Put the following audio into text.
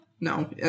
No